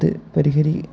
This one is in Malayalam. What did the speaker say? അത് പരിഹരി